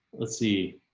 let's see.